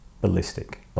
ballistic